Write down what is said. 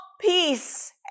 peace